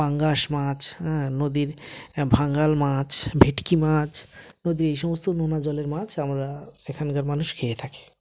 পাঙ্গাস মাছ হ্যাঁ নদীর ভাঙ্গাল মাছ ভেটকি মাছ নদীর এই সমস্ত নোনা জলের মাছ আমরা এখানকার মানুষ খেয়ে থাকি